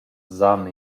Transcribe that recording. s’han